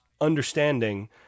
understanding